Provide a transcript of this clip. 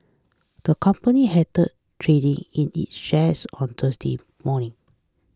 the company halted trading in its shares on Thursday morning